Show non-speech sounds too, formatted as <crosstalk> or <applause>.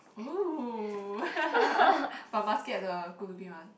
oh <laughs> but must get the good looking one